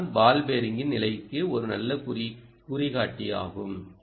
இதுதான் பால் பேரிங்கின் நிலைக்கு ஒரு நல்ல குறிகாட்டியாகும்